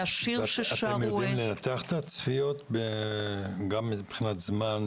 היה שיר ששרו --- אתם יודעים לנתח את הצפיות גם מבחינת זמן,